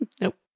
Nope